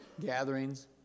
gatherings